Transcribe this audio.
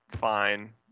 fine